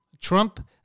Trump